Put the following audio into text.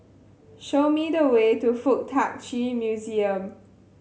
show me the way to Fuk Tak Chi Museum